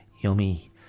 yummy